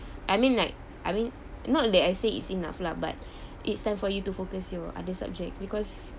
I mean like I mean not that I said it's enough lah but it's time for you to focus your other subject because